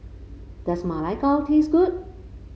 does Ma Lai Gao taste good